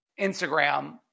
Instagram